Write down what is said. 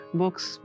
books